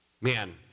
Man